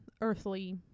earthly